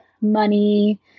money